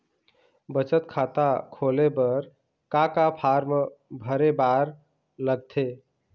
बचत खाता खोले बर का का फॉर्म भरे बार लगथे?